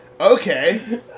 okay